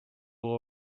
will